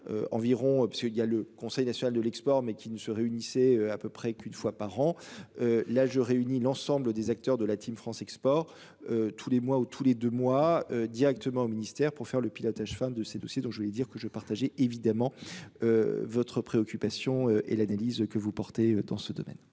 y a le Conseil national de l'export mais qui ne se réunissait à peu près qu'une fois par an. L'âge réunit l'ensemble des acteurs de la Team France Export. Tous les mois ou tous les deux mois directement au ministère pour faire le pilotage fin de ces dossiers dont je voulais dire que je partageais évidemment. Votre préoccupation et l'analyse que vous portez dans ce domaine.